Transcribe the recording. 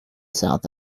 south